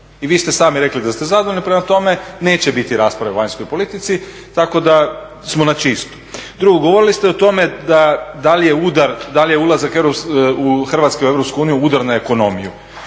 I vi ste sami rekli da ste zadovoljni prema tome neće biti rasprave o vanjskoj politici tako da samo na čistu. Drugo, govorili ste o tome da li je udar, da li je ulazak Hrvatske u Europsku uniju udar na ekonomiju.